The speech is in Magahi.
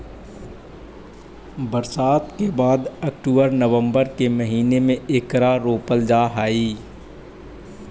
बरसात के बाद अक्टूबर नवंबर के महीने में एकरा रोपल जा हई